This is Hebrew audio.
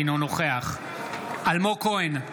אינו נוכח אלמוג כהן,